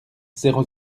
zéro